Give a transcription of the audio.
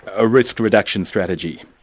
a risk reduction strategy?